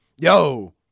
yo